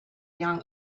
young